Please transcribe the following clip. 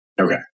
Okay